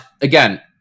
again